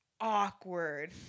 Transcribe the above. awkward